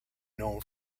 known